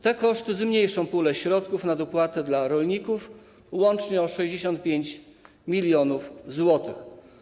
Te koszty zmniejszą pulę środków na dopłaty dla rolników łącznie o 65 mln zł.